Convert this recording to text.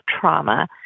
trauma